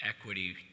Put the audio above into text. equity